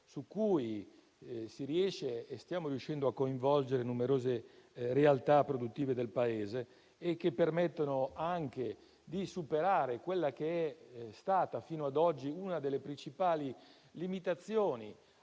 su cui stiamo riuscendo a coinvolgere numerose realtà produttive del Paese e che permettono anche di superare quella che fino a oggi è stata una delle principali limitazioni